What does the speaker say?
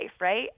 right